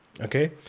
okay